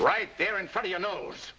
right there in front of your nose